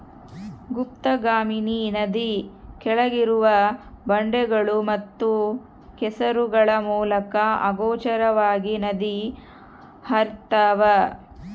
ಗುಪ್ತಗಾಮಿನಿ ನದಿ ಕೆಳಗಿರುವ ಬಂಡೆಗಳು ಮತ್ತು ಕೆಸರುಗಳ ಮೂಲಕ ಅಗೋಚರವಾಗಿ ನದಿ ಹರ್ತ್ಯಾವ